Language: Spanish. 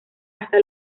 hasta